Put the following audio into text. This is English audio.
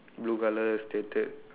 blue colour stated